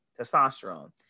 testosterone